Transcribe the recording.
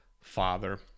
Father